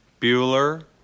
Bueller